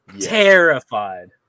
terrified